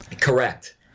Correct